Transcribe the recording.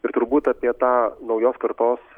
ir turbūt apie tą naujos kartos